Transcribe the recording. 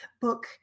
book